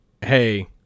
hey